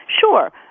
Sure